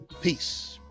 Peace